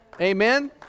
Amen